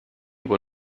aber